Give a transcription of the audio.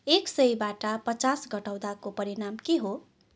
एक सयबाट पचास घटाउँदाको परिणाम के हो